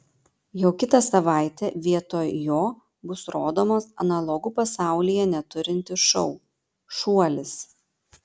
jau kitą savaitę vietoj jo bus rodomas analogų pasaulyje neturintis šou šuolis